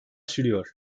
sürüyor